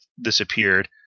disappeared